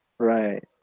Right